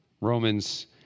Romans